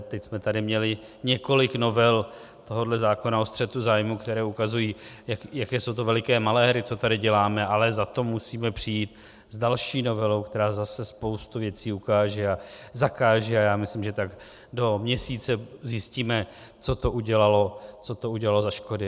Teď jsme tady měli několik novel tohoto zákona o střetu zájmů, které ukazují, jaké jsou to veliké maléry, co tady děláme, ale zato musíme přijít s další novelou, která zase spoustu věcí ukáže a zakáže, a já myslím, že tak do měsíce zjistíme, co to udělalo za škody.